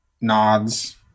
nods